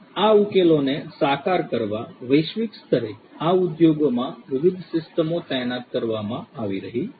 આ ઉકેલોને સાકાર કરવા વૈશ્વિક સ્તરે આ ઉદ્યોગોમાં વિવિધ સિસ્ટમો તૈનાત કરવામાં આવી રહી છે